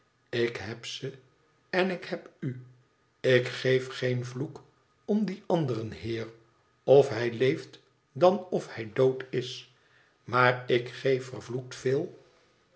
ik heb ze en ik heb u ik geef geen vloek om dien anderen heer of hij leeft dan of hij dood is maar ik geef vervloekt veel